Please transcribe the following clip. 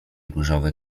różowe